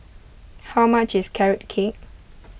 how much is Carrot Cake